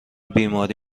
بیماری